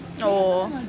oh